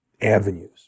avenues